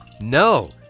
no